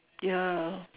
ya